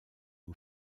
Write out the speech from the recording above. aux